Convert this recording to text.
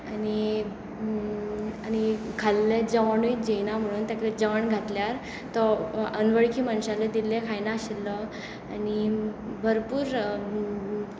आनी आनी खाल्लें जेवणूय जेवना म्हणून जेवण घातल्यार तो अनवळखी मनशालें दिल्ले खायनाशिल्लो आनी भरपूर